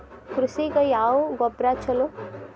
ಕೃಷಿಗ ಯಾವ ಗೊಬ್ರಾ ಛಲೋ?